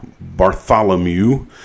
Bartholomew